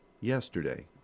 yesterday